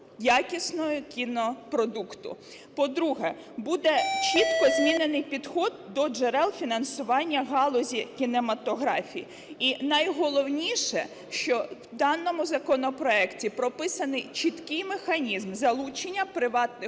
якісного кінопродукту. По-друге, буде чітко змінений підхід до джерел фінансування галузі кінематографії. І найголовніше, що в даному законопроекті прописаний чіткий механізм залучення приватних